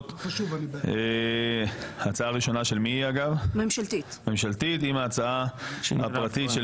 דמי חסות) של חבר הכנסת קרויזר והצעת חוק העונשין